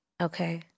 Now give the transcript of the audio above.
Okay